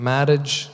Marriage